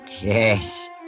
Yes